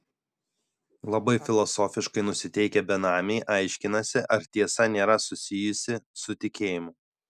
labai filosofiškai nusiteikę benamiai aiškinasi ar tiesa nėra susijusi su tikėjimu